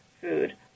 food